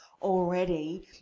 already